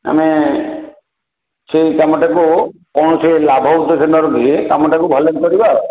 ଆମେ ସେହି କାମଟାକୁ କୌଣସି ଲାଭ ଉଦ୍ଦେଶ୍ୟ ନ ରଖି କାମଟାକୁ ଭଲକି କରିବା ଆଉ